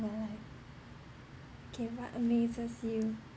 my life okay what amazes you